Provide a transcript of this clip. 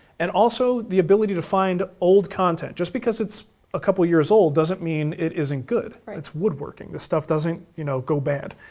and also the ability to find old content just because it's a couple of years old doesn't mean it isn't good. it's woodworking, this stuff doesn't you know go bad,